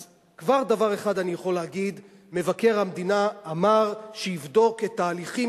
אז דבר אחד אני כבר יכול להגיד: מבקר המדינה אמר שיבדוק את ההליכים,